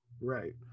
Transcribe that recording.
right